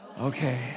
Okay